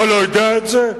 אתה לא יודע את זה?